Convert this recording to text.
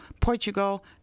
Portugal